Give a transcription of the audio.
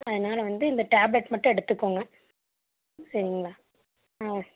அதனால வந்து இந்த டேப்லெட்ஸ் மட்டும் எடுத்துக்கோங்க சரிங்களா ஆ